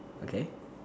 okay